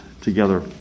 together